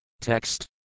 Text